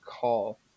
call